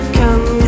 come